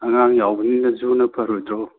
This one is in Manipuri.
ꯑꯉꯥꯡ ꯌꯥꯎꯕꯅꯤꯅ ꯖꯨꯅ ꯐꯔꯣꯏꯗ꯭ꯔꯣ